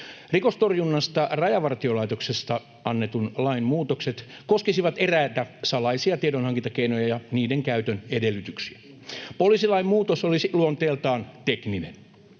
Rikostorjunnasta Rajavartiolaitoksessa annetun lain muutokset koskisivat eräitä salaisia tiedonhankintakeinoja ja niiden käytön edellytyksiä. Poliisilain muutos olisi luonteeltaan tekninen.